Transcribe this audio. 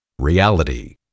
Reality